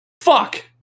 Fuck